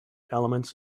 elements